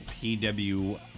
PW